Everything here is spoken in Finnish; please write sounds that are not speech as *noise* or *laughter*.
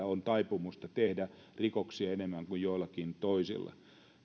*unintelligible* on taipumusta tehdä rikoksia enemmän kuin joillakin toisilla